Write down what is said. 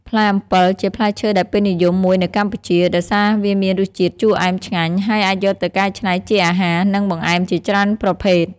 ផ្លែអំពិល ជាផ្លែឈើដែលពេញនិយមមួយនៅកម្ពុជា ដោយសារវាមានរសជាតិជូរអែមឆ្ងាញ់ ហើយអាចយកទៅកែច្នៃជាអាហារ និងបង្អែមជាច្រើនប្រភេទ។